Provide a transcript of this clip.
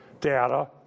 data